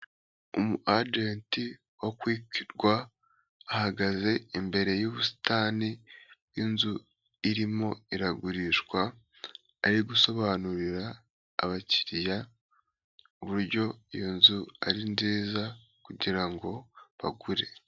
Umu ajenti wa kwiki rwa, ahagaze imbere yubusitani bwinzu irimo iragurishwa, ari gusobanurira abakiriya uburyo iyo nzu ari nziza kugirango bagure.